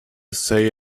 say